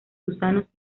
gusanos